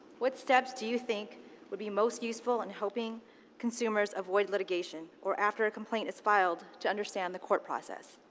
what steps d you think would be most useful in helping consumers avoid litigation or after a complaint is filed, to understand the court process?